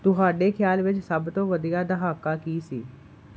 ਤੁਹਾਡੇ ਖ਼ਿਆਲ ਵਿੱਚ ਸਭ ਤੋਂ ਵਧੀਆ ਦਹਾਕਾ ਕੀ ਸੀ